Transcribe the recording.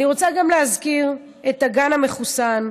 אני רוצה גם להזכיר את "הגן המחוסן",